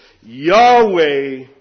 Yahweh